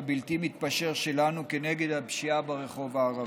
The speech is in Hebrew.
הבלתי-מתפשר שלנו נגד הפשיעה ברחוב הערבי.